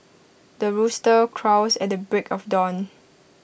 the rooster crows at the break of dawn